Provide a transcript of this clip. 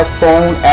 phone